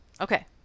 Okay